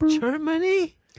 Germany